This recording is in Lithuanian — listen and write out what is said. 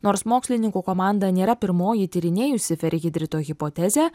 nors mokslininkų komanda nėra pirmoji tyrinėjusi ferihidrito hipotezę